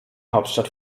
hauptstadt